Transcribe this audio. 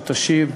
שאישרה,